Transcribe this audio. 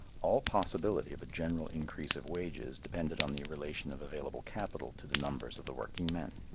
all possibility of a general increase of wages depended on the relation of available capital to the numbers of the working men.